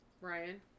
Ryan